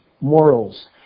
morals